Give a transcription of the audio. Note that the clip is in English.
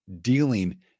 dealing